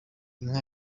inka